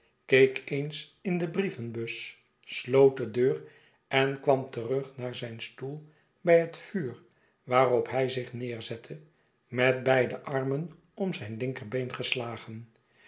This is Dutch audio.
keek eens in de brievenbus sloot de deur en kwam terug naar zijn stoel bij het vuur waarop hij zich neerzette met beide armen om zijn linkerbeen geslagen